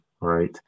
right